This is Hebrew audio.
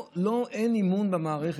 אין אמון במערכת.